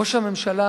ראש הממשלה